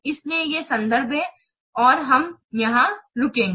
इसलिए ये संदर्भ हैं और हम यहां रुकेंगे